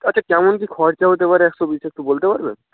আচ্ছা কেমন কী খরচা হতে পারে একশো পিসে একটু বলতে পারবেন